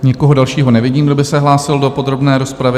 Nikoho dalšího nevidím, kdo by se hlásil do podrobné rozpravy.